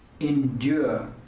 endure